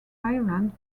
ireland